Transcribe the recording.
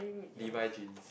Levis jeans